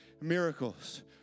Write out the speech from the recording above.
miracles